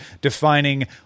defining